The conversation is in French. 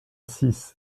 six